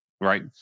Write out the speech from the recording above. right